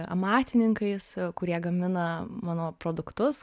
amatininkais kurie gamina mano produktus